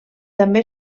també